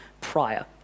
prior